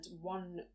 one